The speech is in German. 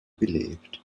belebt